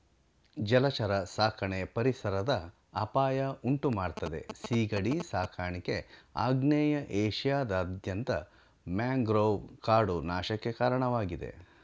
ಜಲಚರ ಸಾಕಣೆ ಪರಿಸರದ ಅಪಾಯ ಉಂಟುಮಾಡ್ತದೆ ಸೀಗಡಿ ಸಾಕಾಣಿಕೆ ಆಗ್ನೇಯ ಏಷ್ಯಾದಾದ್ಯಂತ ಮ್ಯಾಂಗ್ರೋವ್ ಕಾಡು ನಾಶಕ್ಕೆ ಕಾರಣವಾಗಿದೆ